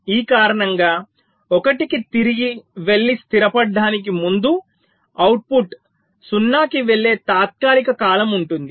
ఈ కారణంగా 1 కి తిరిగి వెళ్లి స్థిరపడటానికి ముందు అవుట్పుట్ 0 కి వెళ్ళే తాత్కాలిక కాలం ఉంటుంది